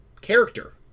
character